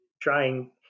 trying